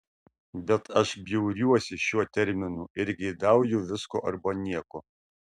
bet aš bjauriuosi šiuo terminu ir geidauju visko arba nieko